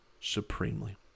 supremely